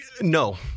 No